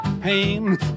pain